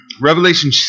Revelation